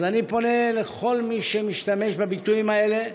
אז אני פונה לכל מי שמשתמש בביטויים האלה: